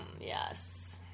yes